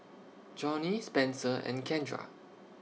Johny Spenser and Kendra